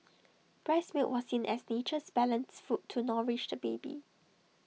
breast milk was seen as nature's balanced food to nourish the baby